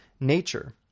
nature